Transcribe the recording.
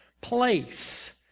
place